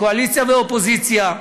מקואליציה ומאופוזיציה,